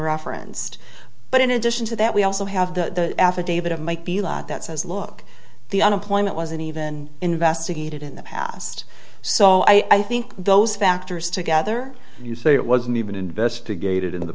referenced but in addition to that we also have the affidavit of might be law that says look the unemployment wasn't even investigated in the past so i think those factors together you say it wasn't even investigated in the